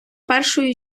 першою